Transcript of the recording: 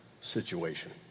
situation